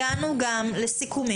הגענו גם לסיכומים.